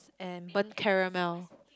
and burn caramel